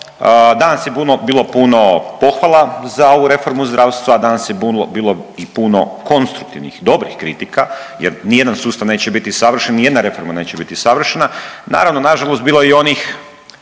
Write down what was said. razumije./… bilo puno pohvala za ovu reformu zdravstva, danas je bilo i puno konstruktivnih dobrih kritika jer ni jedan sustav neće biti savršen, ni jedna reforma neće biti savršena. Naravno nažalost bilo je i onih